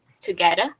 together